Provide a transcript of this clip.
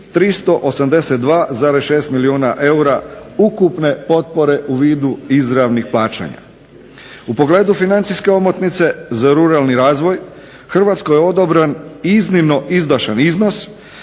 382,6 milijuna eura ukupne potpore u vidu izravnih plaćanja. U pogledu financijske omotnice za ruralni razvoj Hrvatskoj je odobren iznimno izdašan iznos